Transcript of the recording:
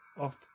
off